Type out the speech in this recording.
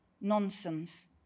nonsense